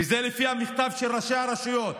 וזה לפי המכתב של ראשי הרשויות,